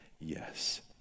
yes